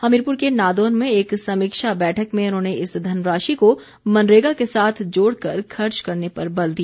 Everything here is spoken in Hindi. हमीरपुर के नादौन में एक समीक्षा बैठक में उन्होंने इस धनराशि को मनरेगा के साथ जोड़ कर खर्च करने पर बल दिया